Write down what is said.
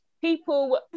People